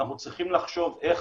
אנחנו צריכים לחשוב איך